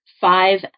five